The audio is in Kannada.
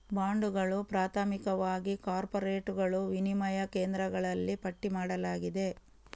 ಬಾಂಡುಗಳು, ಪ್ರಾಥಮಿಕವಾಗಿ ಕಾರ್ಪೊರೇಟುಗಳು, ವಿನಿಮಯ ಕೇಂದ್ರಗಳಲ್ಲಿ ಪಟ್ಟಿ ಮಾಡಲಾಗಿದೆ